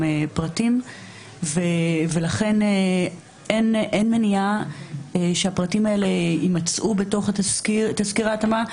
פרטים ולכן אין מניעה שהפרטים האלה יימצאו בתוך תסקיר ההתאמה.